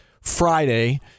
Friday